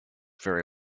very